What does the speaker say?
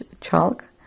chalk